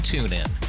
TuneIn